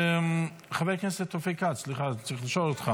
חבר הכנסת אופיר כץ, אתה רוצה?